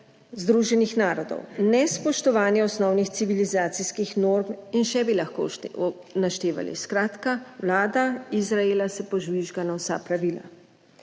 Združenih narodov; ne spoštovanje osnovnih civilizacijskih norm in še bi lahko naštevali. Skratka vlada Izraela se požvižga na vsa pravila.